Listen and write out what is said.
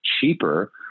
cheaper